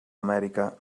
amèrica